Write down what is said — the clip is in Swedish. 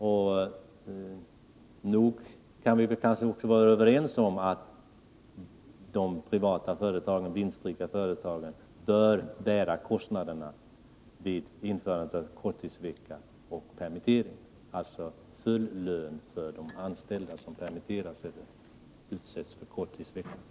Nog kan vi vara överens om att de privata vinstrika företagen bör bära kostnaderna vid införande av korttidsvecka och genomförande av permitteringar. Alltså full lön åt de anställda som permitteras eller utsätts för korttidsvecka.